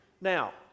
Now